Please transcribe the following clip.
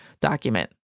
document